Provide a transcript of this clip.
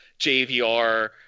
JVR